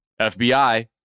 FBI